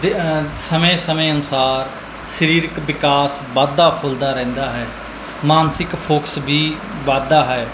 ਸਮੇਂ ਸਮੇਂ ਅਨੁਸਾਰ ਸਰੀਰਕ ਵਿਕਾਸ ਵੱਧਦਾ ਫੁੱਲਦਾ ਰਹਿੰਦਾ ਹੈ ਮਾਨਸਿਕ ਫੋਕਸ ਵੀ ਵੱਧਦਾ ਹੈ